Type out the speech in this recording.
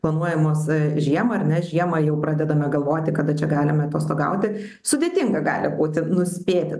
planuojamos žiemą ar ne žiemą jau pradedame galvoti kada čia galime atostogauti sudėtinga gali būti nuspėti